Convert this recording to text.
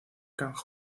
kang